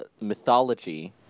mythology